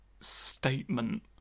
statement